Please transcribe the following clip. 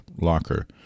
Locker